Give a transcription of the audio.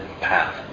path